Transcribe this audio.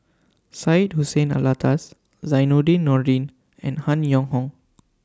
Syed Hussein Alatas Zainudin Nordin and Han Yong Hong